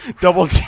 double